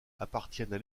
appartiennent